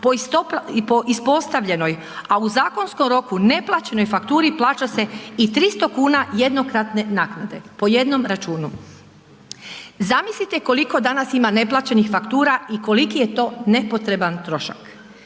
po ispostavljenoj, a u zakonskom roku neplaćenoj fakturi plaća se i 300 kuna jednokratne naknade po jednom računu. Zamislite koliko danas ima neplaćenih faktura i koliki je to nepotreban trošak.